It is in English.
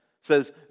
says